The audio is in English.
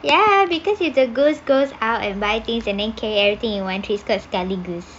ya because if a goose goes out and buy things and carry everything in one trip it's called sekali gus